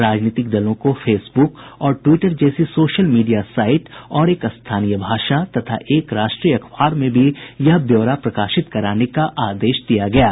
राजनीतिक दलों को फेसबुक और ट्विटर जैसी सोशल मीडिया साइट तथा एक स्थानीय भाषा और एक राष्ट्रीय अखबार में भी यह ब्यौरा प्रकाशित कराने का आदेश दिया गया है